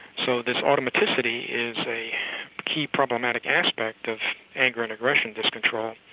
so this automaticity is a key problematic aspect of anger and aggression discontrol,